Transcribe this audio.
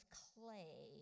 clay